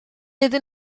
iddyn